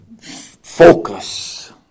focus